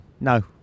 no